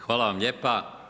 Hvala vam lijepa.